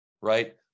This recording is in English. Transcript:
right